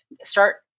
start